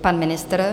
Pan ministr?